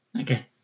Okay